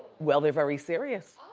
well, they're very serious.